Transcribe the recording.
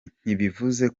ntibivuze